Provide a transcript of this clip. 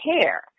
care